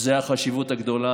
זו החשיבות הגדולה.